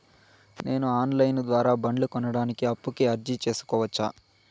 నేను online ద్వారా బండ్లు కొనడానికి అప్పుకి అర్జీ సేసుకోవచ్చా?